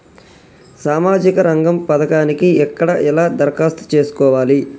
సామాజిక రంగం పథకానికి ఎక్కడ ఎలా దరఖాస్తు చేసుకోవాలి?